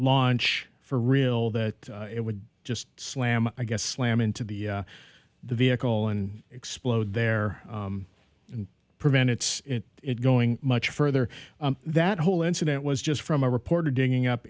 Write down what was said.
launch for real that it would just slam i guess slam into the the vehicle and explode there and prevent its it going much further that whole incident was just from a reporter digging up